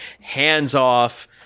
hands-off